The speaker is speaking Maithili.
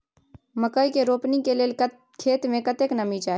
मकई के रोपनी के लेल खेत मे कतेक नमी चाही?